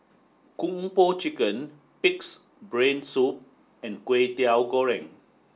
Kung Po Chicken Pig's Brain Soup and Kwetiau Goreng